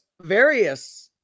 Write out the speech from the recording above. various